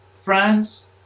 France